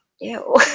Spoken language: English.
ew